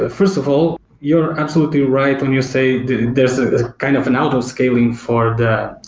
ah first of all, you're absolutely right when you say there's a kind of an auto-scaling for the